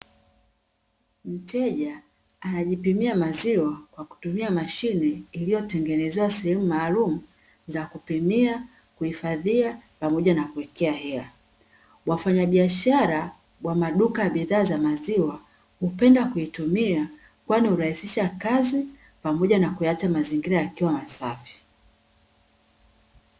Mteja anajipimia maziwa kwa kutumia mashine iliyotengenezewa sehemu maalumu za kupimia, kuhifadhia, pamoja na kuwekea hela. Wafanyabiashara wa maduka ya bidhaa za maziwa hupenda kuitumia kwani hurahisisha kazi, pamoja na kuyaacha mazingira yakiwa masafi.